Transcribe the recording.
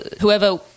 whoever